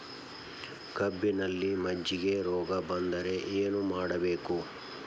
ಕಬ್ಬಿನಲ್ಲಿ ಮಜ್ಜಿಗೆ ರೋಗ ಬಂದರೆ ಏನು ಮಾಡಬೇಕು?